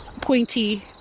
pointy